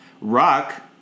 Rock